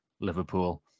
Liverpool